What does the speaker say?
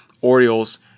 Orioles